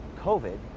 COVID